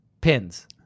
pins